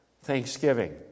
Thanksgiving